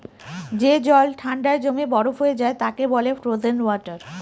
যে জল ঠান্ডায় জমে বরফ হয়ে যায় তাকে বলে ফ্রোজেন ওয়াটার